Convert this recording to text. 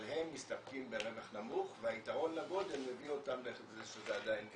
אבל הם מסתפקים ברווח נמוך ויתרון הגודל מביא אותם לזה שזה עדיין כדאי.